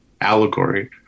allegory